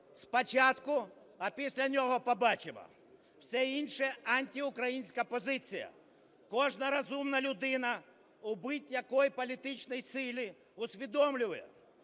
спочатку, а після нього – побачимо. Все інше – антиукраїнська позиція. Кожна розумна людина у будь-якій політичній силі усвідомлює: